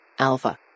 Alpha